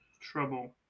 trouble